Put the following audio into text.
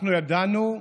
אנחנו ידענו,